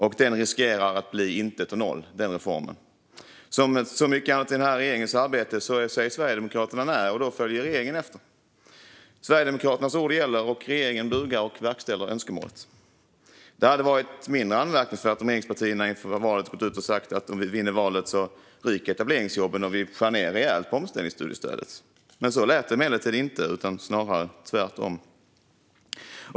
Den reformen riskerar att bli intet och noll. Som med mycket annat i regeringens arbete säger Sverigedemokraterna nej, och då följer regeringen efter. Sverigedemokraternas ord gäller, och regeringen bugar och verkställer önskemålet. Det hade varit mindre anmärkningsvärt om regeringspartierna inför valet hade gått ut och sagt: "Om vi vinner valet ryker etableringsjobben, och vi skär ned rejält på omställningsstudiestödet." Så lät det emellertid inte, snarare tvärtom.